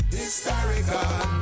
historical